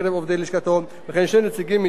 וכן שני נציגים מטעם ארגוני החקלאים.